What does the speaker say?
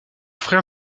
frère